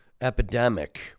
epidemic